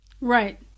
Right